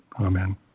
Amen